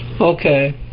Okay